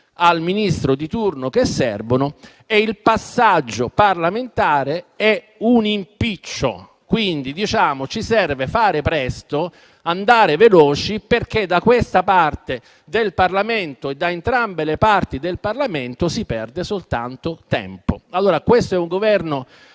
al Ministro di turno e il passaggio parlamentare è un impiccio. Ci serve fare presto, andare veloci perché da questa parte del Parlamento, o da entrambe le parti del Parlamento, si perde soltanto tempo. Questo Governo